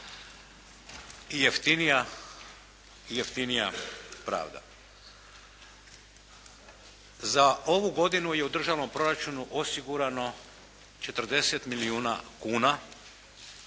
i jeftinija pravda. Za ovu godinu je u državnom proračunu osigurano 40 milijuna kuna